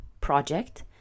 project